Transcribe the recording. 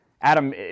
Adam